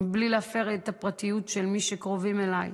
בלי להפר את הפרטיות של מי שקרובים אליי,